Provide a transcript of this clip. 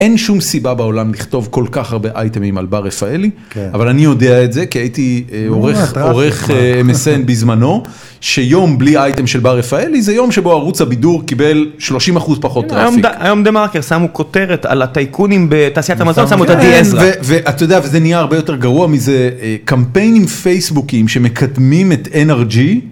אין שום סיבה בעולם לכתוב כל כך הרבה אייטמים על בר רפאלי, אבל אני יודע את זה, כי הייתי עורך MSN בזמנו, שיום בלי אייטם של בר רפאלי, זה יום שבו ערוץ הבידור קיבל 30% פחות טראפיק. היום "דה מרקר" שמו כותרת על הטייקונים בתעשיית המזון, שמו את עדי עזרא. ואתה יודע, וזה נהיה הרבה יותר גרוע מזה, קמפיינים פייסבוקיים שמקדמים את NRG...